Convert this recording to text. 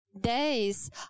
Days